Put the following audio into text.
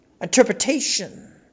interpretation